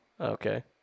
Okay